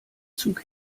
zug